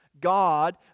God